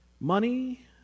money